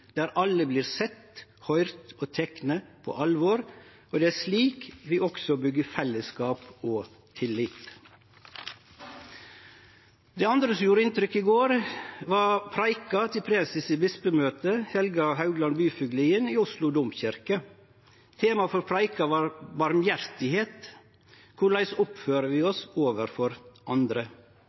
der alle vert sette, høyrde og tekne på alvor, og det er slik vi også byggjer fellesskap og tillit. Det andre som gjorde inntrykk i går, var preika til preses i Bispemøtet, Helga Haugland Byfuglien, i Oslo domkyrkje. Temaet for preika var miskunn – korleis vi oppfører oss overfor andre.